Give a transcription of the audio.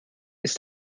ist